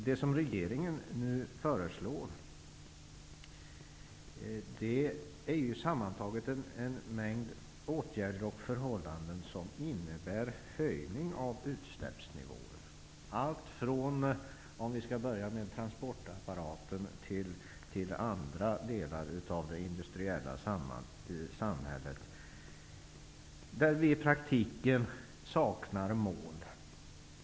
Det regeringen nu föreslår är ju sammantaget en mängd åtgärder som innebär höjning av utsläppsnivåer -- det gäller allt ifrån transportapparaten till andra delar av det industriella samhället, där vi i praktiken saknar mål.